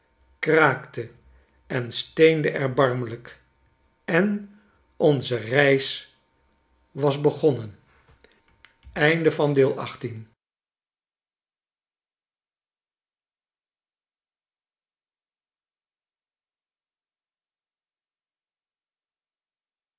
kraakte en steende erbarmlijk en onze reis was begonnen